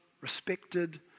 respected